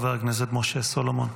ואחריו, חבר הכנסת משה סולומון.